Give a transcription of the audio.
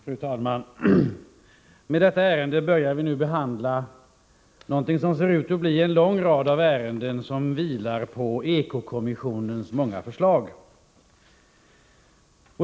Fru talman! Med detta ärende börjar vi nu behandla något som ser ut att bli en lång rad av ärenden som vilar på Eko-kommissionens många förslag.